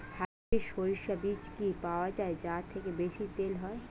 Hybrid শরিষা বীজ কি পাওয়া য়ায় যা থেকে বেশি তেল হয়?